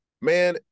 Man